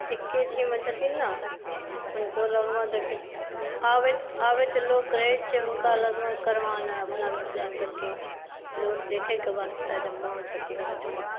एक्के छी मे छथिन ने हुनको लगमे देखै आबैत लोक रहै छै हुनका लग अपना मिथिलाञ्चलके लोक देखैक वास्ते जे माँ छथिन ओहिठिमा